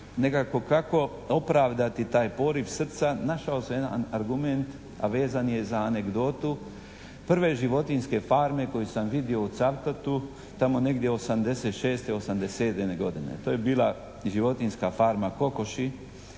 nekako kako opravdati taj poriv srca našao sam jedan argument a vezan je za anegdotu prve životinjske farme koju sam vidio u Cavtatu tamo negdje 86., 87. godine. To je bila životinjska farma kokoši